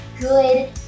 good